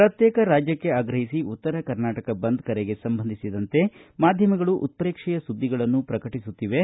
ಪ್ರತ್ಯೇಕ ರಾಜ್ಯಕ್ಷೆ ಆಗ್ರಹಿಸಿ ಉತ್ತರ ಕರ್ನಾಟಕ ಬಂದ್ ಕರೆಗೆ ಸಂಬಂಧಿಸಿದಂತೆ ಮಾಧ್ಯಮಗಳು ಉತ್ತೇಕ್ಷೆಯ ಸುದ್ದಿಗಳನ್ನು ಪ್ರಕಟಿಸುತ್ತಿವೆ